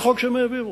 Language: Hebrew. זה החוק שהם העבירו.